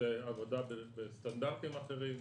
זו עבודה בסטנדרטים אחרים,